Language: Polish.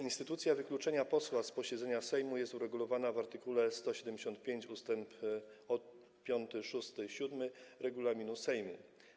Instytucja wykluczenia posła z posiedzenia Sejmu jest uregulowana w art. 175 ust. 5, 6 i 7 regulaminu Sejmu.